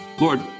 Lord